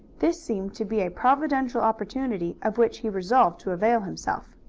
this seemed to be a providential opportunity, of which he resolved to avail himself.